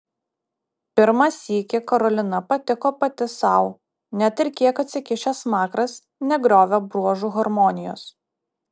pirmą sykį karolina patiko pati sau net ir kiek atsikišęs smakras negriovė bruožų harmonijos